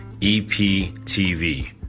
EPTV